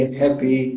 happy